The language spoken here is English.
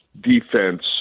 defense